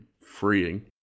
freeing